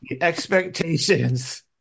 expectations